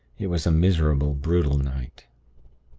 it was a miserable, brutal night.